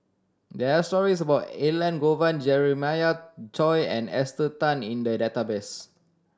there are stories about Elangovan Jeremiah Choy and Esther Tan in the database